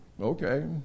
okay